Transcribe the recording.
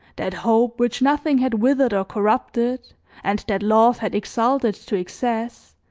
that hope, which nothing had withered or corrupted and that love had exalted to excess,